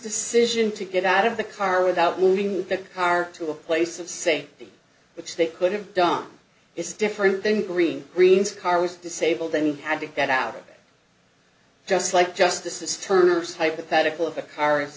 decision to get out of the car without moving the car to a place of safety which they could have done is different than green green's car was disabled and had to get out just like justice is turner's hypothetical of a car